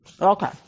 Okay